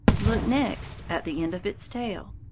look next at the end of its tail.